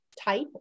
type